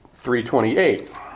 328